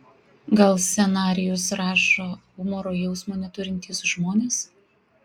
gal scenarijus rašo humoro jausmo neturintys žmonės